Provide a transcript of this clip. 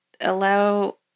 allow